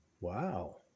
Wow